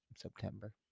September